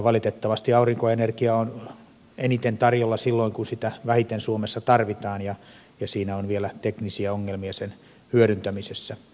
valitettavasti aurinkoenergiaa on eniten tarjolla silloin kun sitä vähiten suomessa tarvitaan ja siinä on vielä teknisiä ongelmia sen hyödyntämisessä